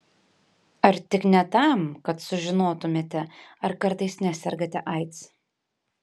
ar tik ne tam kad sužinotumėte ar kartais nesergate aids